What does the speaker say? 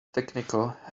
technical